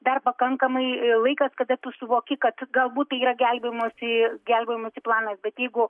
dar pakankamai laikas kada tu suvoki kad galbūt tai yra gelbėjimosi gelbėjimosi planas bet jeigu